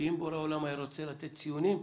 כי אם בורא עולם היה רוצה לתת ציונים,